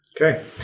Okay